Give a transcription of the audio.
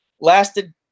lasted